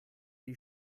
die